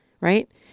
right